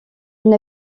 une